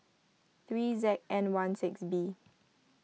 three Z N one six B